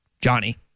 Johnny